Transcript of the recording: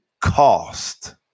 cost